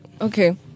Okay